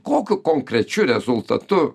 kokiu konkrečiu rezultatu